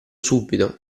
subito